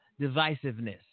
divisiveness